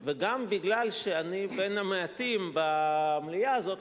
וגם מפני שאני בין המעטים במליאה הזאת,